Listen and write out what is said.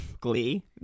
Glee